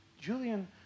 Julian